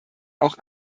auch